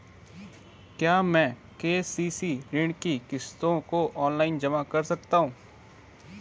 क्या मैं के.सी.सी ऋण की किश्तों को ऑनलाइन जमा कर सकता हूँ?